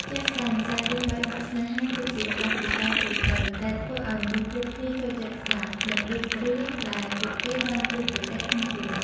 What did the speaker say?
ជាក់ស្តែងសាច់រឿងបែកបាក់ស្នេហា គឺជាបទពិសោធន៍ទូទៅ ដែលធ្វើអោយមនុស្សគ្រប់គ្នាចូលចិត្តស្ដាប់ និងដូចរឿងដែលពួកគេបានជួបប្រទះក្នុងជីវិត។